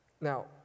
Now